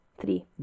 Three